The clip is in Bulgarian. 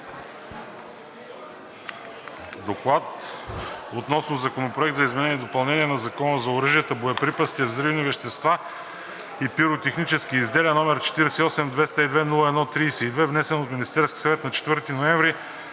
„Доклад относно Законопроект за изменение и допълнение на Закона за оръжията, боеприпасите, взривните вещества и пиротехническите изделия, № 48-202-01-32, внесен от Министерския съвет на 4 ноември